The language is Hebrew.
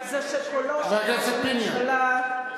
זה רק משפטים, חבר הכנסת פיניאן.